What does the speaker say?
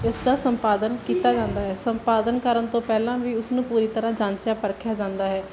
ਇਸ ਦਾ ਸੰਪਾਦਨ ਕੀਤਾ ਜਾਂਦਾ ਹੈ ਸੰਪਾਦਨ ਕਰਨ ਤੋਂ ਪਹਿਲਾਂ ਵੀ ਉਸਨੂੰ ਪੂਰੀ ਤਰ੍ਹਾਂ ਜਾਂਚਿਆ ਪਰਖਿਆ ਜਾਂਦਾ ਹੈ